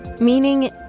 Meaning